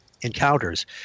encounters